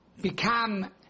become